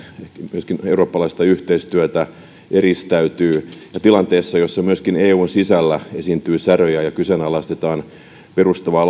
myöskin eurooppalaista yhteistyötä eristäytyy ja tilanteessa jossa myöskin eun sisällä esiintyy säröjä ja kyseenalaistetaan perustavaa